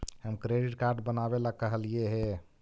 हम credit card बनावे ला कहलिऐ हे?